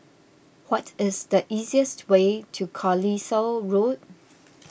what is the easiest way to Carlisle Road